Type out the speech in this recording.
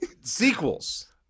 sequels